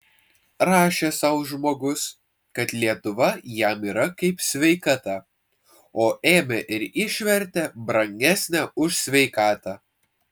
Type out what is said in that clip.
rašė sau žmogus kad lietuva jam yra kaip sveikata o ėmė ir išvertė brangesnė už sveikatą